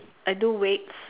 I do weights